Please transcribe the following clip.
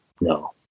No